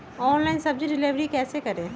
Online सब्जी deliver कैसे करें?